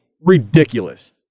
ridiculous